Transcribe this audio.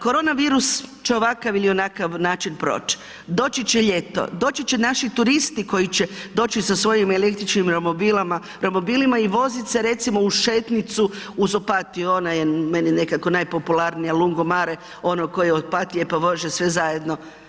Korona virus će ovakav ili onakav način proć, doći će ljeto, doći će naši turisti koji će doći sa svojim električnim romobilima i vozit se recimo uz šetnicu uz Opatiju, ona je meni nekako najpopularnija lungomare, ono koje je od Opatije pa …/nerazumljivo/… sve zajedno.